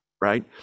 right